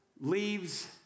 leaves